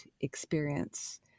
experience